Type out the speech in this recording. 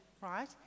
right